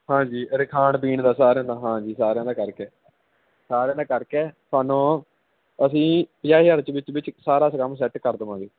ਹਾਂਜੀ ਔਰ ਖਾਣ ਪੀਣ ਦਾ ਸਾਰਿਆਂ ਦਾ ਹਾਂਜੀ ਸਾਰਿਆਂ ਦਾ ਕਰਕੇ ਸਾਰਿਆਂ ਦਾ ਕਰਕੇ ਸਾਰਿਆਂ ਦਾ ਕਰਕੇ ਤੁਹਾਨੂੰ ਅਸੀਂ ਪੰਜਾਹ ਹਜ਼ਾਰ 'ਚ ਵਿੱਚ ਵਿੱਚ ਸਾਰਾ ਪ੍ਰੋਗਰਾਮ ਸੈੱਟ ਕਰ ਦੇਵਾਂਗੇ